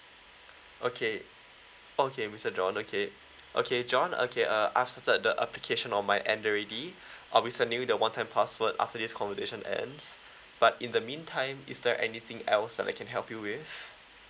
okay okay mister john okay okay john okay uh after the application on my end already I'll be sending the one time password after this conversation ends but in the mean time is there anything else I can help you with